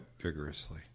vigorously